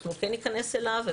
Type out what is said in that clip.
אנחנו כן ניכנס אליו.